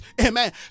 amen